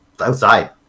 outside